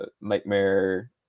Nightmare